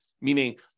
meaning